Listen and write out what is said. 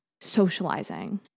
socializing